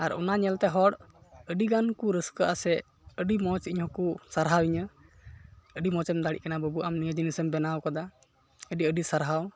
ᱟᱨ ᱚᱟᱱ ᱧᱮᱞᱛᱮ ᱦᱚᱲ ᱟᱹᱰᱤᱜᱟᱱ ᱠᱚ ᱨᱟᱹᱥᱠᱟᱹᱼᱟ ᱥᱮ ᱟᱹᱰᱤ ᱢᱚᱡᱽ ᱤᱧᱦᱚᱸᱠᱚ ᱥᱟᱨᱦᱟᱣᱤᱧᱟᱹ ᱟᱹᱰᱤ ᱢᱚᱡᱽᱮᱢ ᱫᱟᱲᱮᱜ ᱠᱟᱱᱟ ᱵᱟᱹᱵᱩ ᱟᱢ ᱱᱤᱭᱟᱹ ᱡᱤᱱᱤᱥᱮᱢ ᱵᱮᱱᱟᱣ ᱠᱟᱫᱟ ᱟᱹᱰᱤ ᱟᱹᱰᱤ ᱥᱟᱨᱦᱟᱣ